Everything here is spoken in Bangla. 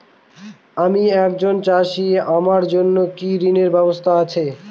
আমি একজন চাষী আমার জন্য কি ঋণের ব্যবস্থা আছে?